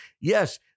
Yes